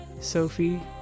Sophie